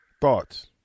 Thoughts